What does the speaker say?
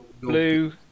blue